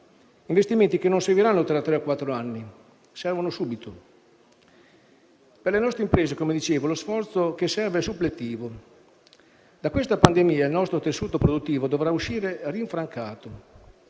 investimenti che non seguiranno tra tre o quattro anni, poiché servono subito. Per le nostre imprese lo sforzo che serve è suppletivo. Da questa pandemia il nostro tessuto produttivo dovrà uscire rinfrancato